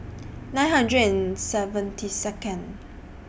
nine hundred and seventy Second